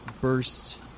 burst